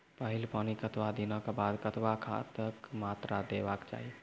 पहिल पानिक कतबा दिनऽक बाद कतबा खादक मात्रा देबाक चाही?